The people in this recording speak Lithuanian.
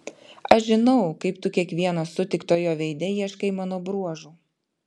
aš žinau kaip tu kiekvieno sutiktojo veide ieškai mano bruožų